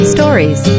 Stories